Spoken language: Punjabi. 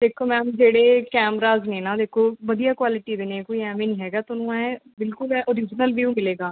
ਦੇਖੋ ਮੈਮ ਜਿਹੜੇ ਕੈਮਰਾਸ ਨੇ ਨਾ ਦੇਖੋ ਵਧੀਆ ਕੁਆਲਟੀ ਦੇ ਨੇ ਕੋਈ ਐਂ ਵੀ ਨਹੀਂ ਹੈਗਾ ਤੁਹਾਨੂੰ ਐਂ ਬਿਲਕੁਲ ਐਂ ਓਰਿਜਨਲ ਵਿਊ ਮਿਲੇਗਾ